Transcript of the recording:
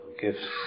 gifts